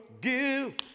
give